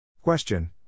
Question